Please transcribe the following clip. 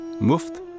muft